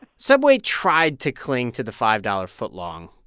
subway tried to cling to the five-dollar footlong,